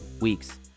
weeks